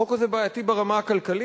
החוק הזה בעייתי ברמה הכלכלית.